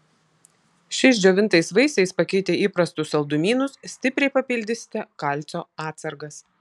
šiais džiovintais vaisiais pakeitę įprastus saldumynus stipriai papildysite kalcio atsargas